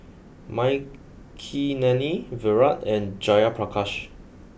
Makineni Virat and Jayaprakash